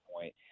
point